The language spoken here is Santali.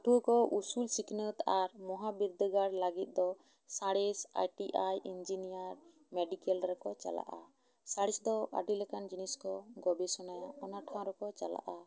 ᱯᱟᱹᱴᱷᱩᱭᱟᱹ ᱠᱚ ᱩᱥᱩᱞ ᱥᱤᱠᱱᱟᱛ ᱟᱨ ᱢᱚᱦᱚᱨ ᱵᱤᱨᱫᱟᱹᱜᱟᱲ ᱞᱟᱹᱜᱤᱫ ᱫᱚ science I T I engineer medical ᱨᱮᱠᱚ ᱪᱟᱞᱟᱜᱼᱟ ᱥᱟᱬᱮᱥ ᱫᱚ ᱟᱹᱰᱤ ᱞᱮᱠᱟᱱ ᱡᱤᱱᱤᱥ ᱠᱚ ᱜᱚᱵᱮᱥᱚᱱᱟᱭᱟ ᱚᱱᱟ ᱴᱷᱟᱶ ᱨᱮᱠᱚ ᱪᱟᱞᱟᱜᱼᱟ